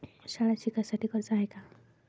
शाळा शिकासाठी कर्ज हाय का?